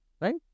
Right